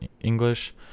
English